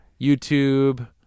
YouTube